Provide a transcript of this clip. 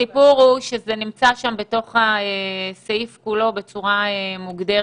הסיפור הוא שזה נמצא שם בתוך הסעיף כולו בצורה מוגדרת.